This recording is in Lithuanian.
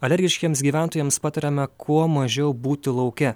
alergiškiems gyventojams patariame kuo mažiau būti lauke